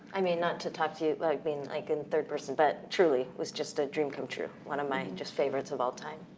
i mean not to talk to you like like in third person, but, truly, was just a dream come true. one of my just favorites of all time.